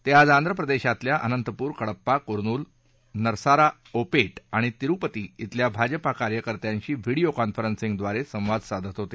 ते आज आंध्रप्रदेशातल्या अनंतपूर कडप्पा कुरुनुल नरसाराओप आणि तिरुपती खल्या भाजपा कार्यकर्त्यांशी व्हीडीओ कॉन्फरन्सिंगद्वारे संवाद साधत होते